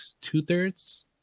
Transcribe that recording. two-thirds